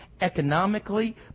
economically